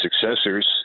successors